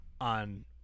on